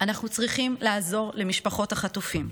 אנחנו צריכים לעזור למשפחות החטופים,